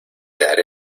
daré